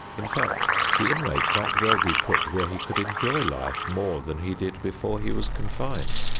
in fact the inmate might well be put where he could enjoy life more than he did before he was confined.